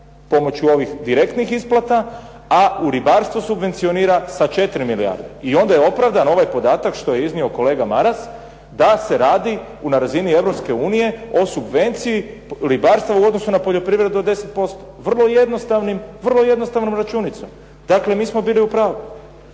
pomoću ovih direktnih isplata, a u ribarstvu subvencionira sa 4 milijarde. I onda je opravdan ovaj podatak što je iznio kolega Maras da se radi na razini Europske unije o subvenciji ribarstva u odnosu na poljoprivredu od 10% vrlo jednostavnom računicom. Dakle, mi smo bili u pravu.